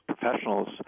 professionals